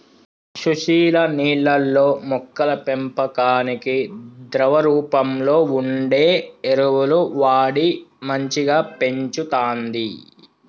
సుశీల నీళ్లల్లో మొక్కల పెంపకానికి ద్రవ రూపంలో వుండే ఎరువులు వాడి మంచిగ పెంచుతంది